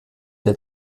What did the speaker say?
der